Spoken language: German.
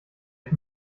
ich